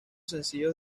sencillos